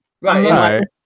right